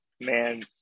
man